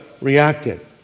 reacted